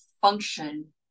function